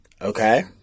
Okay